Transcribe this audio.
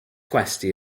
gwesty